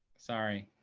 sorry.